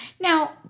Now